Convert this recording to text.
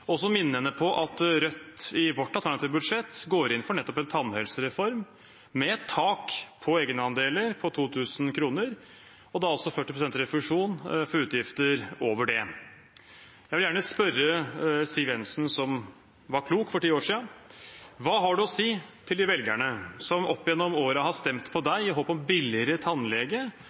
hukommelse, så da var det greit å minne henne om dette sitatet. Jeg vil også minne henne om at Rødt, i sitt alternative budsjett, går inn for nettopp en tannhelsereform, med et tak på egenandelene på 2 000 kr og 40 pst. refusjon av utgifter over det. Jeg vil gjerne spørre Siv Jensen, som var klok for ni år siden: Hva har hun å si til de velgerne som opp gjennom årene har stemt på henne i